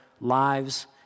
lives